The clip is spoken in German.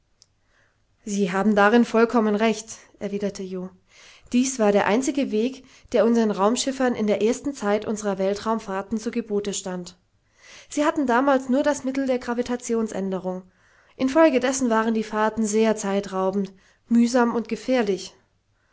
sie haben darin vollkommen recht erwiderte jo dies war der einzige weg der unsern raumschiffern in der ersten zeit unserer weltraumfahrten zu gebote stand sie hatten damals nur das mittel der gravitationsänderung infolgedessen waren die fahrten sehr zeitraubend mühsam und gefährlich